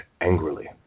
angrily